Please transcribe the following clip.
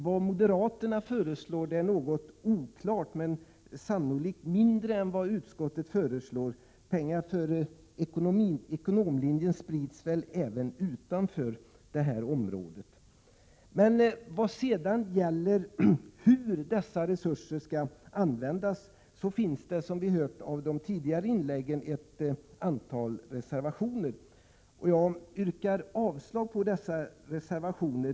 Vad moderaterna föreslår är något oklart, men det är sannolikt mindre än vad utskottet föreslår. Pengar för ekonomlinjen sprids väl även utanför detta område. Som vi har hört av de tidigare inläggen har det fogats ett antal reservationer tiska insatser i delar av Bergslagen och norra Sveriges inland tiska insatser i delar av Bergslagen och norra Sveriges inland till betänkandet när det gäller hur dessa resurser skall användas. Jag yrkar avslag på dessa reservationer.